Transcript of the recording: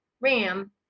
ram